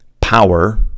power